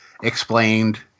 explained